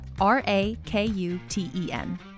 R-A-K-U-T-E-N